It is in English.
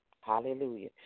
Hallelujah